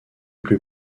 plus